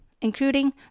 including